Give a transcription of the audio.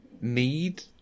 need